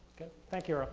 good, thank you, earl.